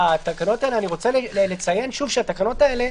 התקהלויות של עשרה אנשים בבית לצורך בר מצווה גם זה אסור?